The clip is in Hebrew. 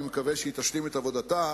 אני מקווה שהיא תשלים את עבודתה,